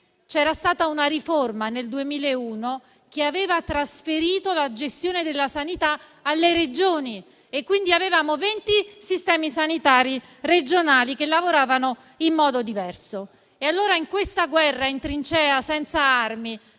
c'era stata una riforma nel 2001 che aveva trasferito la gestione della sanità alle Regioni e quindi avevamo venti sistemi sanitari regionali che lavoravano in modo diverso. Allora in questa guerra in trincea, senza armi,